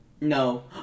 No